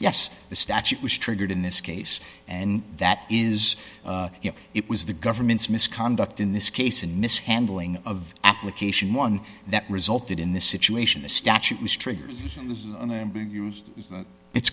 yes the statute was triggered in this case and that is it was the government's misconduct in this case and mishandling of application one that resulted in this situation the statute was triggered it's